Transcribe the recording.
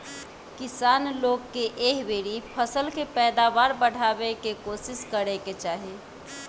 किसान लोग के एह बेरी फसल के पैदावार बढ़ावे के कोशिस करे के चाही